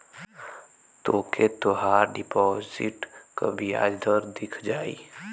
तोके तोहार डिपोसिट क बियाज दर दिख जाई